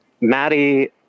Maddie